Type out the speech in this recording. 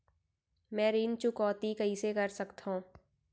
मैं ऋण चुकौती कइसे कर सकथव?